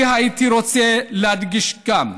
אני הייתי רוצה להדגיש כאן: